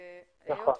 נכון.